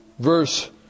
Verse